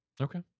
okay